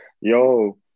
Yo